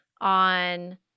on